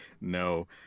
no